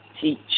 teach